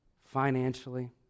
Financially